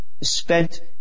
spent